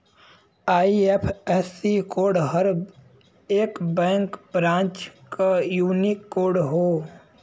IFSC code हर एक bank branch क यूनिक कोड हौ